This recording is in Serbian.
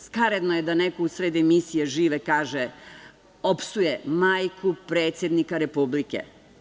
Skaradno je da neko u sred emisije uživo opsuje majku predsednika Republike.